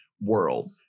world